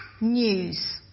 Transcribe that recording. news